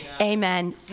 amen